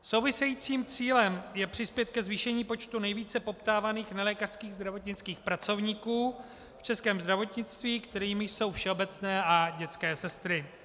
Souvisejícím cílem je přispět ke zvýšení počtu nejvíce poptávaných nelékařských zdravotnických pracovníků v českém zdravotnictví, kterými jsou všeobecné a dětské sestry.